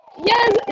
Yes